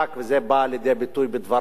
וזה בא לידי ביטוי בדבריו.